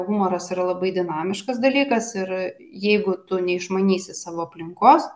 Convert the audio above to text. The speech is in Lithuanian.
humoras yra labai dinamiškas dalykas ir jeigu tu neišmanysi savo aplinkos